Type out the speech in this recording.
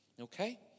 okay